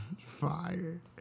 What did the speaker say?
Fire